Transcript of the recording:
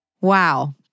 Wow